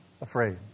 afraid